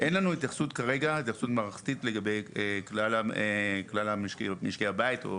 אין לנו התייחסות מערכתית לגבי כלל משקי הבית.